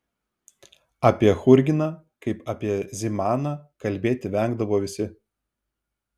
apie churginą kaip apie zimaną kalbėti vengdavo visi